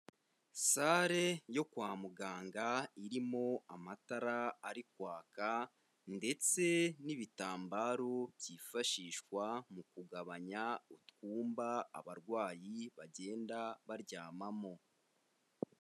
Sale yo kwa muganga, irimo amatara ari kwaka ndetse n'ibitambaro byifashishwa mu kugabanya utwumba abarwayi bagenda baryamamo.